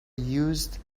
used